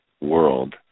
world